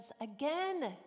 again